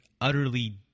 utterly